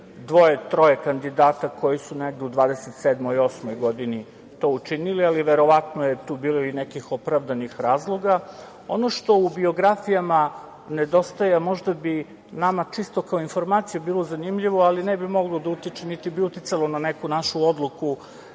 dvoje, troje kandidata koji su negde u 27, 28. godini to učinili, ali verovatno je tu bilo i nekih opravdanih razloga. Ono što u biografijama nedostaje, a možda bi nama čisto kao informacija bilo zanimljivo, ali ne bi moglo da utiče, niti bi uticalo na neku našu odluku